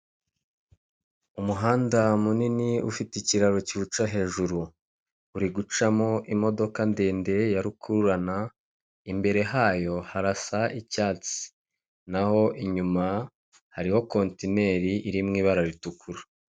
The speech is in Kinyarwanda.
Umuhanda munini, ufite ikiraro kiwuca hejuru. Uri gucamo imodoka ndende ya rukururana, imbere hayo harasa icyatsi. Naho inyuma hariho kontineri ir mu ibara ritukura.